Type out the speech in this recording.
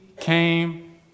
came